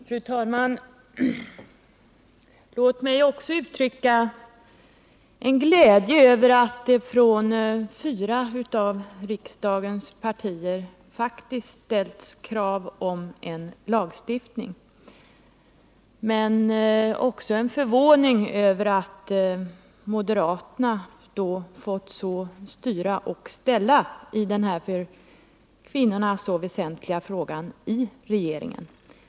Fru talman! Låt mig också uttrycka en glädje över att det från fyra av riksdagens partier faktiskt ställts krav på en lagstiftning, men också en förvåning över att moderaterna fått styra och ställa i regeringen i den här för kvinnorna så väsentliga frågan.